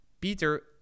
Peter